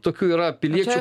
tokių yra piliečių